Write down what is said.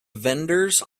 vendors